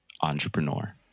entrepreneur